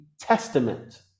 testament